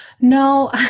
no